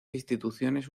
instituciones